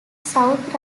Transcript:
south